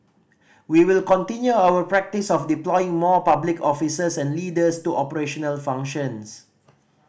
we will continue our practice of deploying more public officers and leaders to operational functions